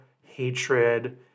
hatred